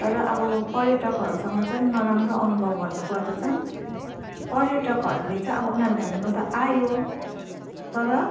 तर अब पर्यटकहरूसँग चाहिँ नराम्रो अनुभव भन्नु पर्दा चाहिँ पर्यटकहरूले चाहिँ अब उनीहरू घुम्न त आयो तर